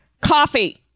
coffee